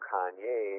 Kanye